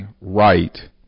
right